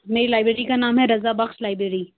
میری لائبریری کا نام ہے رضا بخش لائبریری